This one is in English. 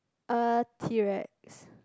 uh T-Rex